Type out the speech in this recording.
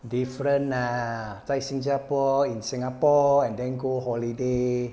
different ah 在新加坡 in singapore and then go holiday